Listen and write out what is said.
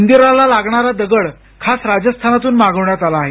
मंदिराला लागणार दगड खास राजस्थानातून मागवण्यात आला आहे